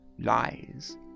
lies